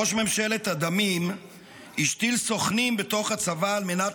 ראש ממשלת הדמים השתיל סוכנים בתוך הצבא על מנת